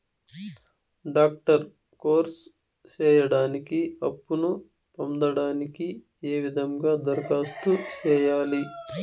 Doctor course సేయడానికి అప్పును పొందడానికి ఏ విధంగా దరఖాస్తు సేయాలి?